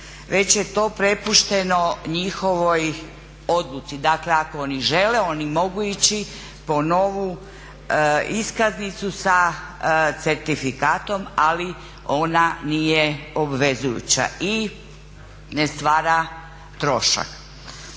već je to prepušteno njihovoj odluci. Dakle ako oni žele oni mogu ići po novu iskaznicu sa certifikatom, ali ona nije obvezujuća i ne stvara trošak.